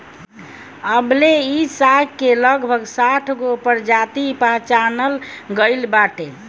अबले इ साग के लगभग साठगो प्रजाति पहचानल गइल बाटे